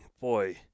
boy